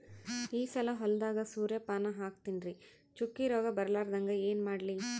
ಈ ಸಲ ಹೊಲದಾಗ ಸೂರ್ಯಪಾನ ಹಾಕತಿನರಿ, ಚುಕ್ಕಿ ರೋಗ ಬರಲಾರದಂಗ ಏನ ಮಾಡ್ಲಿ?